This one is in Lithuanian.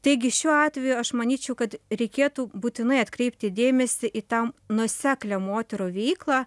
taigi šiuo atveju aš manyčiau kad reikėtų būtinai atkreipti dėmesį į tą nuoseklią moterų veiklą